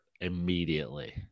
immediately